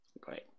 Great